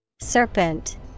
Serpent